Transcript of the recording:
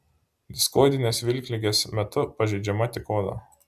diskoidinės vilkligės metu pažeidžiama tik oda